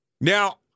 Now